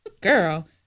girl